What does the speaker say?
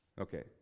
Okay